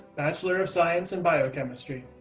bachelor of science in biochemistry.